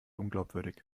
unglaubwürdig